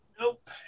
Nope